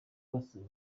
basaba